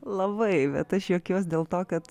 labai bet aš juokiuos dėl to kad